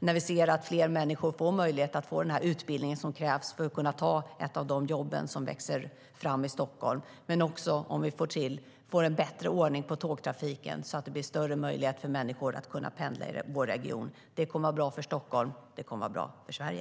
län, om fler människor får möjlighet att få den utbildning som krävs för att kunna ta de jobb som växer fram i Stockholm och om vi får bättre ordning på tågtrafiken så att möjligheterna för människor att pendla i vår region förbättras. Det kommer att vara bra för Stockholm och för Sverige.